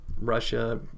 Russia